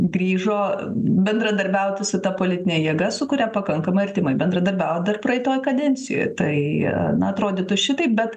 grįžo bendradarbiauti su ta politine jėga su kuria pakankamai artimai bendradarbiavo dar praeito kadencijoj tai na atrodytų šitaip bet